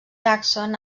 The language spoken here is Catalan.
jackson